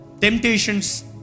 Temptations